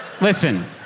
listen